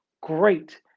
Great